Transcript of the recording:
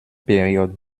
période